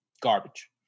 garbage